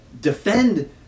defend